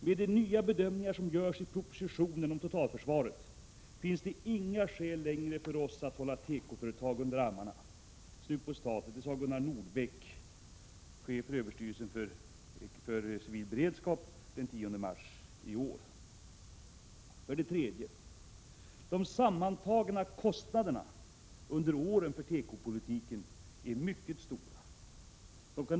”Med de nya bedömningar som görs i propositionen om totalförsvaret finns det inga skäl längre för oss att hålla tekoföretag under armarna.” Detta sade Gunnar Nordbeck, chef för överstyrelsen för civil beredskap den 10 mars i år. 3. De sammantagna kostnaderna under åren för tekopolitiken är mycket stora.